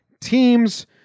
teams